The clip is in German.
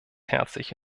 herzlich